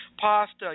pasta